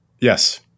Yes